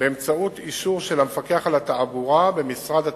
באמצעות אישור של המפקח על התעבורה במשרד התחבורה,